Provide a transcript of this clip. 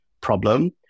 problem